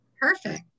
Perfect